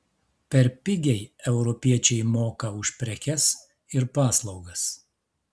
per pigiai europiečiai moka už prekes ir paslaugas